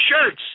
shirts